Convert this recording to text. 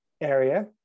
area